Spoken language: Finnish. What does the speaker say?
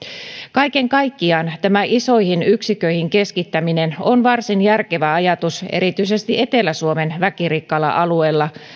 kaiken kaikkiaan tämä isoihin yksiköihin keskittäminen on varsin järkevä ajatus erityisesti etelä suomen väkirikkailla alueilla